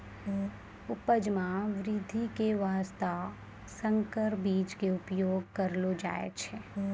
उपज मॅ वृद्धि के वास्तॅ संकर बीज के उपयोग करलो जाय छै